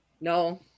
No